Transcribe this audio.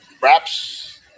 Wraps